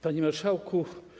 Panie Marszałku!